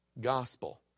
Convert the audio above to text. gospel